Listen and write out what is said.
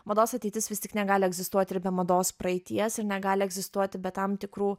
mados ateitis vis tik negali egzistuoti ir be mados praeities ir negali egzistuoti be tam tikrų